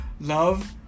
Love